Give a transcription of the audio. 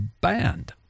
banned